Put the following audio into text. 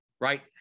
Right